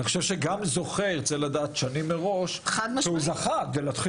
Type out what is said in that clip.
גם זוכה צריך לדעת מראש שהוא הזוכה כדי להיערך